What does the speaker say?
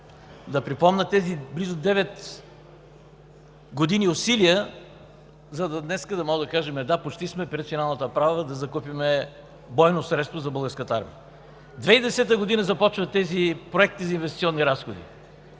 да припомня тези близо девет години усилия, за да кажем днес: „Да, почти сме пред финалната права да закупим бойно средство за Българската армия“. През 2010 г. започват тези проекти за инвестиционни разходи,